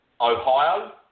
Ohio